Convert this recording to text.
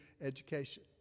education